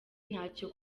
ntacyo